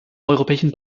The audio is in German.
europäischen